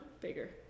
Bigger